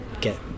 get